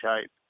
shape